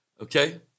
okay